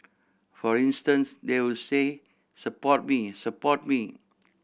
for instance they will say support me support me